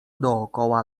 dookoła